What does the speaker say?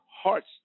hearts